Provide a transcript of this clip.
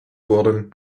wurden